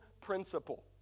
principle